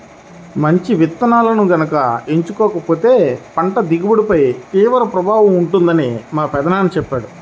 మంచి విత్తనాలను గనక ఎంచుకోకపోతే పంట దిగుబడిపై తీవ్ర ప్రభావం ఉంటుందని మా పెదనాన్న చెప్పాడు